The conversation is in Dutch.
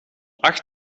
acht